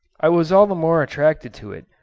i was all the more attracted to it,